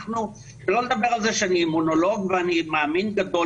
שלא לדבר על זה שאני אימונולוג ואני מאמין גדול